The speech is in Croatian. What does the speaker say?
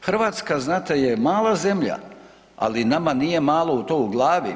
Hrvatska znate je mala zemlja, ali nama nije malo to u glavi.